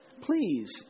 Please